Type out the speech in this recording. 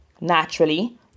Naturally